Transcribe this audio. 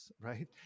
right